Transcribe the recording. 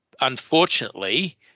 Unfortunately